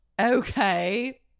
Okay